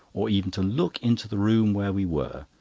or even to look into the room where we were,